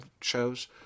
shows